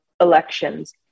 elections